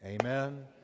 amen